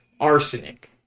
arsenic